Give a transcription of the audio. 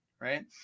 Right